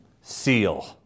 seal